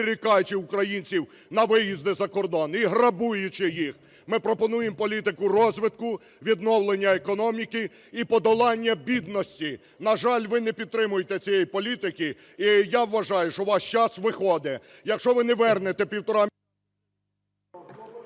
прирікаючи українців на виїзди за кордон і грабуючи їх, ми пропонуємо політику розвитку, відновлення економіки і подолання бідності. На жаль, ви не підтримуєте цієї політики. І я вважаю, що ваш час виходить. Якщо ви не вернете півтора… ГОЛОВУЮЧИЙ. І, колеги,